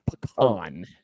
pecan